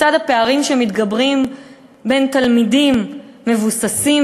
לצד הפערים שמתגברים בין תלמידים מבתים מבוססים